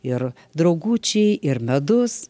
ir draugučiai ir medus